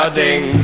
ding